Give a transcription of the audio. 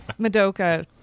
Madoka